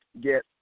get